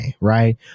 right